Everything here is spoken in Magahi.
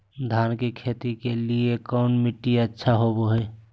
धान की खेती के लिए कौन मिट्टी अच्छा होबो है?